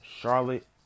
Charlotte